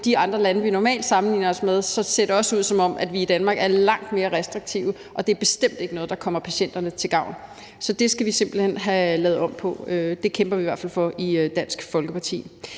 de andre lande, som vi normalt sammenligner os med, ser det også ud, som om vi i Danmark er langt mere restriktive, og det er bestemt ikke noget, der kommer patienterne til gavn. Så det skal vi simpelt hen have lavet om på. Det kæmper vi i hvert fald for i Dansk Folkeparti.